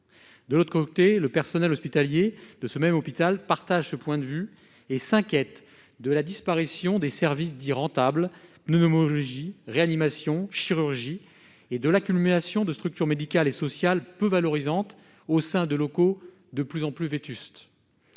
De l'autre côté le personnel hospitalier de ce même hôpital partage ce point de vue et s'inquiète de la disparition des services dits rentables nous pneumologie réanimation chirurgie et de la culmination de structures médicales et sociales peu valorisante au sein de locaux, de plus en plus vétustes,